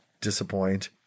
disappoint